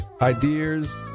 ideas